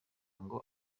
ngo